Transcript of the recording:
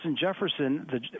Jefferson